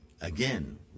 again